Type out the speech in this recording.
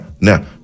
Now